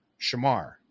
Shamar